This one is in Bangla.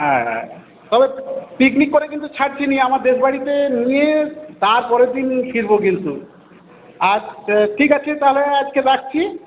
হ্যাঁ হ্যাঁ তবে পিকনিক করে কিন্তু ছাড়ছি না আমার দেশবাড়িতে নিয়ে তারপরের দিন ফিরব কিন্তু আচ্ছা ঠিক আছে তাহলে আজকে রাখছি